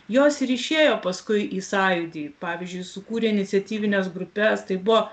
jos ir išėjo paskui į sąjūdį pavyzdžiui sukūrė iniciatyvines grupes tai buvo